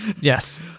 Yes